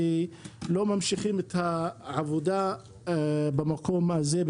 ולא ממשיכים את העבודה במקום הזה,